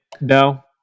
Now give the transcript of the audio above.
no